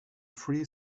free